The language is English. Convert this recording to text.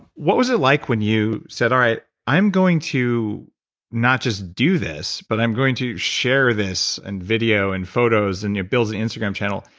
what was it like when you said, all right, i'm going to not just do this, but i'm going to share this and video and photos and you know build the instagram channel.